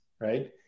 right